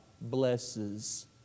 blesses